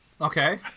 Okay